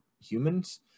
humans